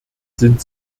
sind